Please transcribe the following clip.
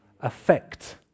affect